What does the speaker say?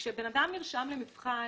כשבן אדם נרשם למבחן,